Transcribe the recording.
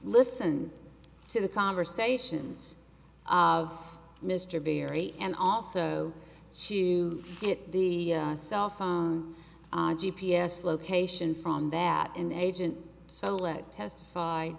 listen to the conversations of mr berry and also to get the cell phone g p s location from that in agent so let testify